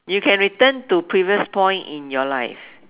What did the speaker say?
you can return to previous point in your life